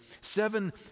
seven